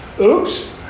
Oops